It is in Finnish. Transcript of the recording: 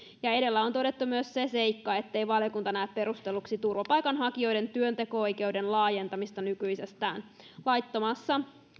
edellä on todettu myös se seikka ettei valiokunta näe perustelluksi turvapaikanhakijoiden työnteko oikeuden laajentamista nykyisestään